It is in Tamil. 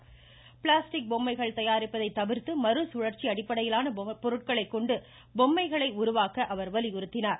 பொம்மைகள் தயாரிப்பதை பிளாஸ்டிக் தவிர்த்து மறுசுழற்சி அடிப்படையிலான பொருட்களை கொண்டு பொம்மைகளை உருவாக்க அவர் வலியுறுத்தினார்